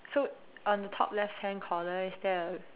so on the top left hand corner is there a